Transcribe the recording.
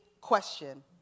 question